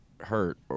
hurt